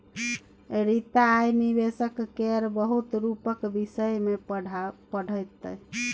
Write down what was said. रीता आय निबेशक केर बहुत रुपक विषय मे पढ़तै